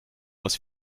aus